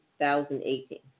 2018